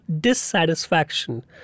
dissatisfaction